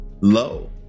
low